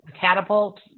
catapult